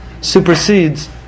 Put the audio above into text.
supersedes